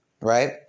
Right